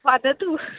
वदतु